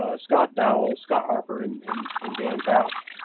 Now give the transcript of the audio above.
ah scott doyle, scott harper and and and dan bausch.